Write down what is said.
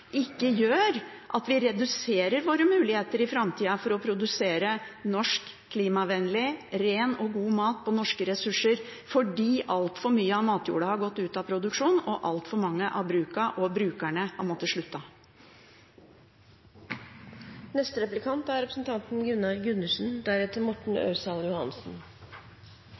ikke gjør at vi reduserer våre muligheter i framtida for å produsere norsk klimavennlig, ren og god mat på norske ressurser fordi altfor mye av matjorda har gått ut av produksjon, og fordi altfor mange av brukene og brukerne har måttet slutte. Dette er